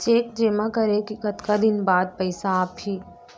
Cheque जेमा करे के कतका दिन बाद पइसा आप ही?